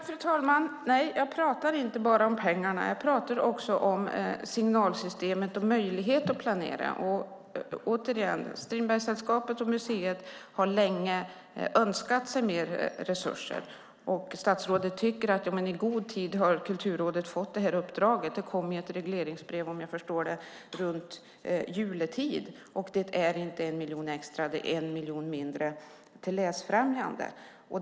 Fru talman! Jag pratade inte bara om pengarna. Jag pratade också om signalsystemet och möjligheten att planera. Återigen, Strindbergssällskapet och museet har länge önskat sig mer resurser. Statsrådet tycker att Kulturrådet i god tid har fått det här uppdraget. Det kom ett regleringsbrev, om jag förstår det rätt, runt jultid. Och det är inte 1 miljon extra det är 1 miljon mindre till läsfrämjande.